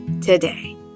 today